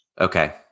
Okay